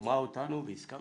שרתמה אותנו והסכמתי,